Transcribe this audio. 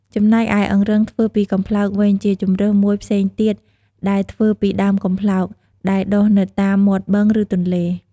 ចំណែកឯអង្រឹងធ្វើពីកំប្លោកវិញជា ជម្រើសមួយផ្សេងទៀតដែលធ្វើពីដើមកំប្លោកដែលដុះនៅតាមមាត់បឹង ឬទន្លេ។